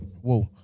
Whoa